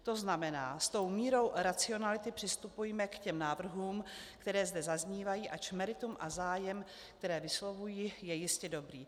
To znamená, s tou mírou racionality přistupujme k těm návrhům, které zde zaznívají, ač meritum a zájem, které vyslovují, je jistě dobrý.